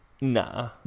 Nah